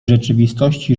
rzeczywistości